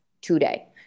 today